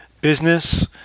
business